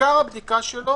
עיקר הבדיקה שלו